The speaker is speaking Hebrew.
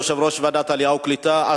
יושב-ראש ועדת העלייה וקליטה,